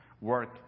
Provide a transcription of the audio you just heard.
work